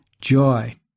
joy